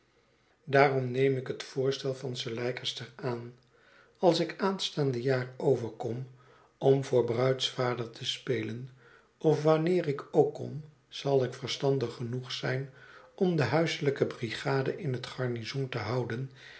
daarom neem ik het voorstel van sir leicester aan als ik aanstaande jaar overkom om voor bruidsvader te spelen of wanneer ik ook kom zal ik verstandig genoeg zijn om de huiselijke brigade in het garnizoen te houden